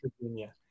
Virginia